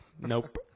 nope